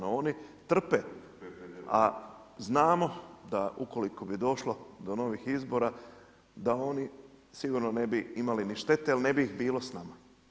Oni trpe a znamo da ukoliko bi došlo do novih izbora da oni sigurno ne bi imali ni štete jer ne bi ih bilo s nama.